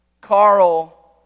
Carl